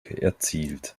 erzielt